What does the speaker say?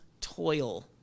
toil